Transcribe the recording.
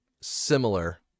similar